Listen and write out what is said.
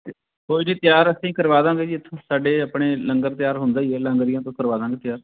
ਕੋਈ ਨਾ ਤਿਆਰ ਅਸੀਂ ਕਰਵਾ ਦਾਂਗੇ ਜੀ ਇੱਥੋਂ ਸਾਡੇ ਆਪਣੇ ਲੰਗਰ ਤਿਆਰ ਹੁੰਦਾ ਹੀ ਹੈ ਲਾਂਗਰੀਆਂ ਤੋਂ ਕਰਵਾ ਦਾਂਗੇ ਤਿਆਰ